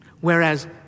Whereas